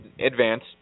advance